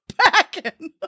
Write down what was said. packing